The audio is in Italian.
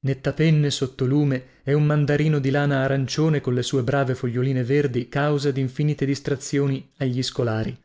nettapenne sottolume e un mandarino di lana arancione colle sue brave foglioline verdi causa dinfinite distrazioni agli scolari